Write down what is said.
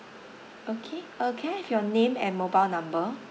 okay uh can I have your name and mobile number